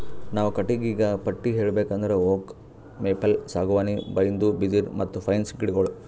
ನಾವ್ ಕಟ್ಟಿಗಿಗಾ ಪಟ್ಟಿ ಹೇಳ್ಬೇಕ್ ಅಂದ್ರ ಓಕ್, ಮೇಪಲ್, ಸಾಗುವಾನಿ, ಬೈನ್ದು, ಬಿದಿರ್, ಮತ್ತ್ ಪೈನ್ ಗಿಡಗೋಳು